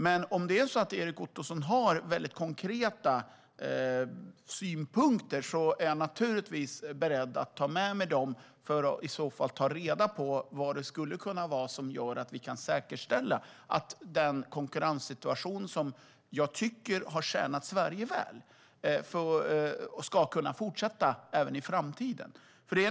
Men om Erik Ottoson har konkreta synpunkter är jag naturligtvis beredd att ta med mig dem för att ta reda på hur vi kan säkerställa att den konkurrenssituation som jag tycker har tjänat Sverige väl ska kunna fortsätta även i framtiden.